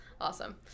Awesome